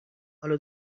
حالا